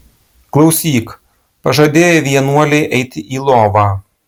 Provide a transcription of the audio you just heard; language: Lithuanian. klausyk pažadėjai vienuolei eiti į lovą